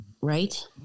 right